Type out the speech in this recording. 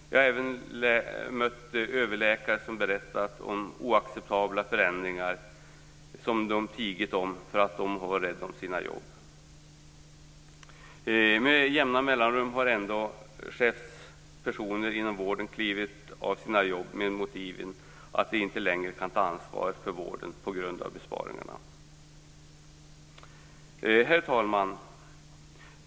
Jag har mött överläkare som berättat om oacceptabla förändringar som de tigit om därför att de varit rädda om sina jobb. Med jämna mellanrum har chefspersoner inom vården klivit av sina jobb med motiveringen att de på grund av besparingarna inte längre kan ta ansvar för vården. Herr talman!